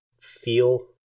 feel